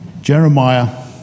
Jeremiah